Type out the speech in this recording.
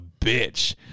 bitch